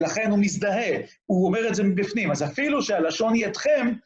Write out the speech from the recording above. לכן הוא מזדהה, הוא אומר את זה מבפנים, אז אפילו שהלשון היא אתכם...